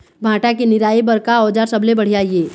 भांटा के निराई बर का औजार सबले बढ़िया ये?